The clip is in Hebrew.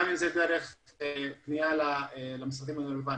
האזור האישי מאפשר לציבור מיצוי זכויות.